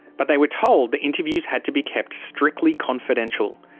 but they were told the interviews had to be kept strictly confidential.